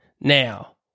Now